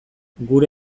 gure